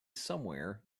somewhere